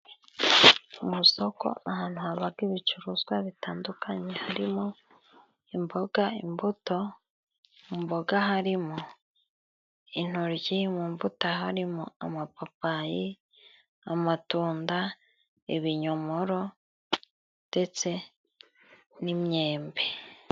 Mu soko ahantu habaga ibicuruzwa bitandukanye harimo: imboga, imbuto, mu mboga harimo intoryi, mu mbuto harimo: amapapayi, amatunda, ibinyomoro ndetse n'imyembe.